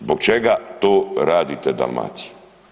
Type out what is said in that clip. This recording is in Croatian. Zbog čega to radite Dalmaciji?